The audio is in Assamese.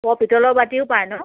পিতলৰ বাতিও পায় ন